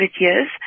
years